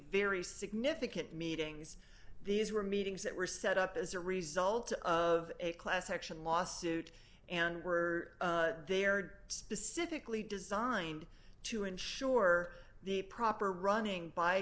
very significant meetings these were meetings that were set up as a result of a class action lawsuit and were there specifically designed to ensure the proper running by